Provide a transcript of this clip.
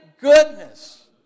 goodness